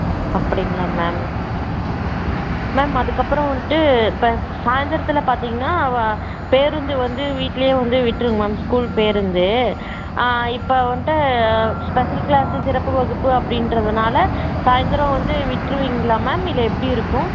அப்படிங்களா ma'am ma'am அதுக்கப்புறோம் வந்துட்டு இப்போ சாயந்தரத்துல பார்த்திங்கன்னா அவள் பேருந்து வந்து வீட்டிலேயே வந்து விட்டிருங்க மேம் ஸ்கூல் பேருந்து ஆ இப்போ வந்துட்டு ஸ்பெஷல் கிளாஸ்ஸு சிறப்பு வகுப்பு அப்படின்றதுனால சாயந்தரோம் வந்து விட்டிருவீங்களா மேம் இல்லை எப்படி இருக்கும்